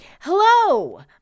Hello